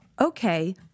Okay